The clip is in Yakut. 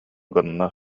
гынна